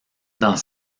dans